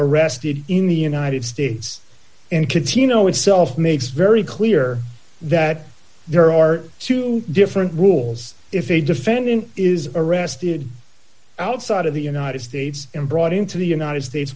arrested in the united states and could see no itself makes very clear that there are two different rules if a defendant is arrested outside of the united states and brought into the united states